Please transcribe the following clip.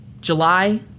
July